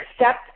accept